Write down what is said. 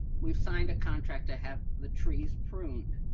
we've signed a contract to have the trees pruned.